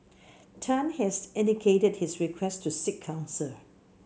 Tan has indicated his request to seek counsel